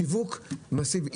שיווק מסיבי.